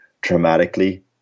dramatically